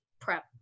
prep